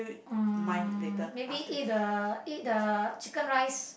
um maybe eat the eat the chicken rice